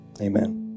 Amen